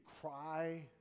cry